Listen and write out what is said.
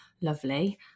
lovely